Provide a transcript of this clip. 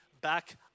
back